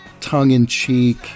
tongue-in-cheek